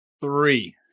three